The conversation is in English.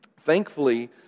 Thankfully